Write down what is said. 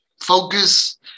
focus